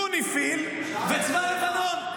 השאלה שלך, שאלת שאלה --- יוניפי"ל וצבא לבנון.